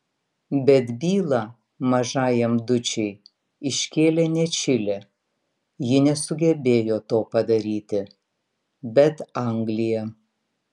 bet bylą mažajam dučei iškėlė ne čilė ji nesugebėjo to padaryti bet anglija